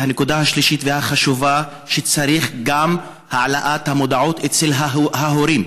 הנקודה השלישית והחשובה היא שצריך גם העלאת המודעות אצל ההורים,